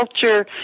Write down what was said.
culture